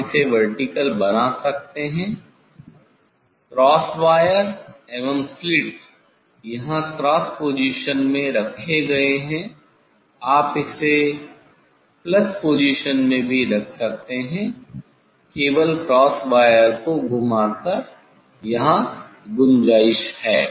आप इसे वर्टिकल बना सकते हैं क्रॉस वायर एवं स्लिट यहां क्रॉस पोजीशन में रखे गए है आप इसे प्लस पोजीशन में भी रख सकते हैं केवल क्रॉस वायर को घुमा कर यहाँ गुंजाइश हैं